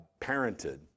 parented